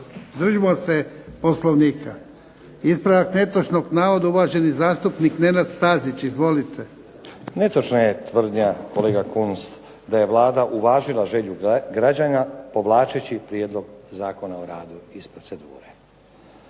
Držimo se Poslovnika. Ispravak netočnog navoda uvaženi zastupnik Nenad Stazić. Izvolite. **Stazić, Nenad (SDP)** Netočna je tvrdnja kolega Kunst da je Vlada uvažila želju građanina povlačeći prijedlog zakona o radu iz procedure.